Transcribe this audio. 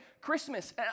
Christmas